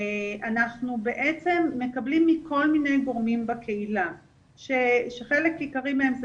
אנחנו בעצם מקבלים מכל מיני גורמים בקהילה שחלק עיקרי מהם זה